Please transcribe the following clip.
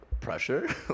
pressure